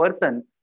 person